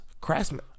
Craftsman